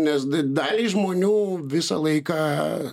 nes daliai žmonių visą laiką